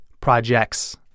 projects